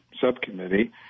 subcommittee